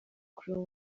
kureba